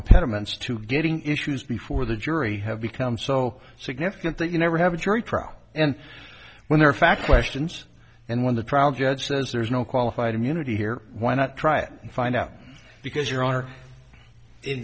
impediments to getting issues before the jury have become so significant that you never have a jury trial and when there are fact questions and when the trial judge says there's no qualified immunity here why not try it and find out because your are in